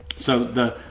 so the,